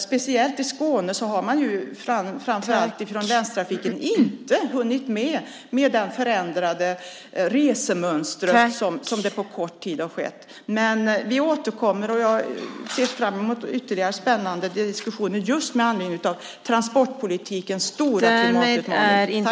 Speciellt i Skåne har man inte hunnit med, framför allt från länstrafikens sida, med de förändrade resemönster som har skett på kort tid. Vi återkommer, och jag ser fram mot ytterligare spännande diskussioner just med anledning av transportpolitikens stora klimatutmaning.